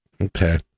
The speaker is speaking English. Okay